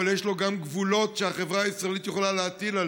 אבל יש לו גם גבולות שהחברה הישראלית יכולה להטיל.